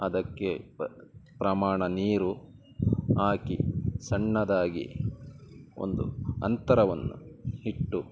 ಅದಕ್ಕೆ ಪ ಪ್ರಮಾಣ ನೀರು ಹಾಕಿ ಸಣ್ಣದಾಗಿ ಒಂದು ಅಂತರವನ್ನು ಇಟ್ಟು